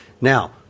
now